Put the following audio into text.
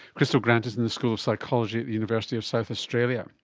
crystal grant is in the school of psychology at the university of south australia.